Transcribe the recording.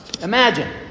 imagine